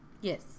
Yes